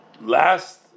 last